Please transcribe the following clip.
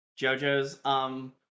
JoJo's